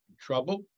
trouble